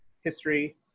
history